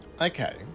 Okay